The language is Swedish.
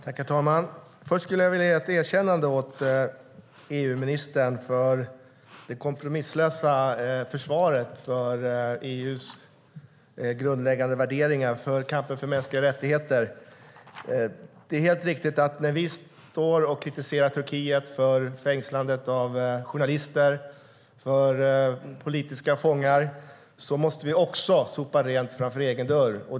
Herr talman! Först vill jag ge ett erkännande till EU-ministern för det kompromisslösa försvaret av EU:s grundläggande värderingar och för kampen för mänskliga rättigheter. När vi kritiserar Turkiet för fängslandet av journalister och för politiska fångar måste vi också sopa rent framför egen dörr.